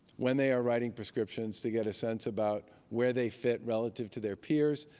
when they are writing prescriptions to get a sense about where they fit relative to their peers,